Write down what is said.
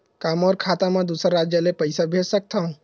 का मोर खाता म दूसरा राज्य ले पईसा भेज सकथव?